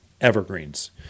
evergreens